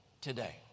today